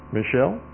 Michelle